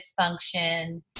dysfunction